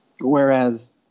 whereas